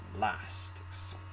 last